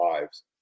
lives